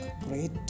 great